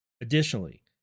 Additionally